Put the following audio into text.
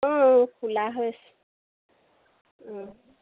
অঁ অঁ খোলা হৈ আছে অঁ